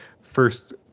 first